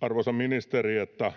arvoisa ministeri, että